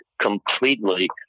completely